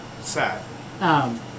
Sad